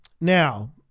now